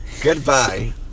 Goodbye